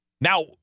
Now